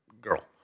girl